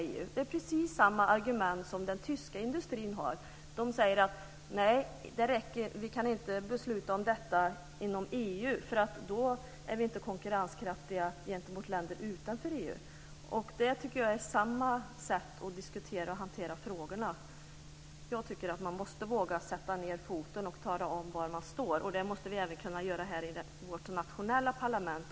Men det är precis samma argument som den tyska industrin har. Man säger där: Nej, vi kan inte besluta om detta inom EU, för då är vi inte konkurrenskraftiga gentemot länder utanför EU. Jag tycker att det är samma sätt att diskutera och att hantera frågorna. Man måste, tycker jag, våga sätta ned foten och tala om var man står. Det måste vi kunna göra även här i vårt nationella parlament.